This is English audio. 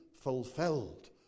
fulfilled